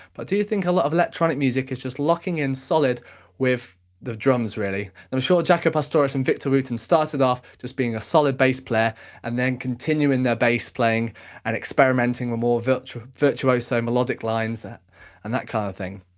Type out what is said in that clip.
but do you think a lot of electronic music is just locking in solid with the drums really. i'm sure jaco pastorius and victor wooton started off just being a solid bass player and then continuing their bass playing and experimenting with more virtuoso melodic lines and that kind of thing.